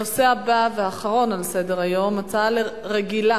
הנושא הבא והאחרון על סדר-היום, הצעה רגילה